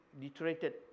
deteriorated